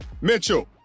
Mitchell